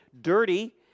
dirty